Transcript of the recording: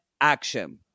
action